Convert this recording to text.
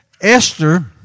Esther